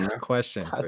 Question